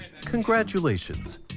Congratulations